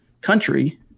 country